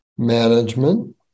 management